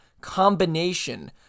combination